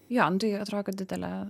jo nu tai atrodė kad didelė